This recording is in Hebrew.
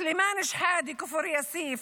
סלימאן שחאדה מכפר יאסיף,